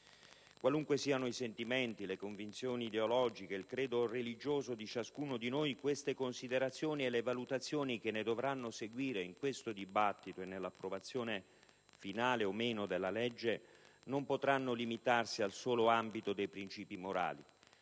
Quali che siano i sentimenti, le convinzioni ideologiche e il credo religioso di ciascuno di noi, tali considerazioni e le valutazioni che ne dovranno seguire, in questo dibattito e nell'approvazione o meno della legge, non potranno limitarsi al solo ambito dei princìpi morali,